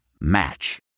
match